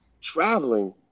traveling